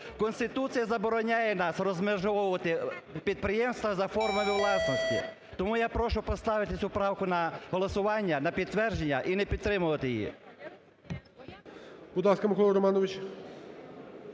Конституція забороняє нам розмежовувати підприємства за формами власності. Тому я прошу поставити цю правку на голосування, на підтвердження і не підтримувати її.